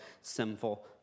sinful